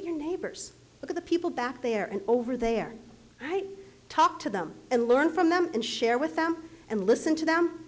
at your neighbors look at the people back there and over there right talk to them and learn from them and share with them and listen to them